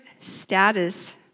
status